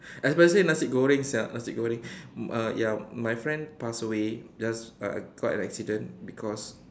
especially nasi goreng sia nasi goreng uh ya my friend passed away just uh caught in accident because